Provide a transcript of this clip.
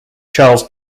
charles